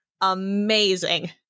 amazing